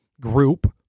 group